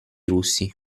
russi